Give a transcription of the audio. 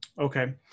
Okay